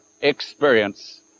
experience